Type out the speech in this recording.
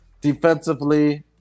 Defensively